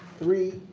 three,